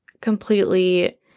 completely